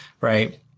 Right